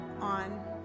on